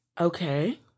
Okay